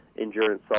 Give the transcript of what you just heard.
endurance